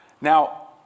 Now